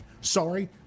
Sorry